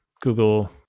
Google